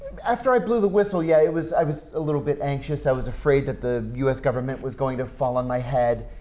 after i blew the whistle, yeah, i was a little bit anxious. i was afraid that the us government was going to fall on my head.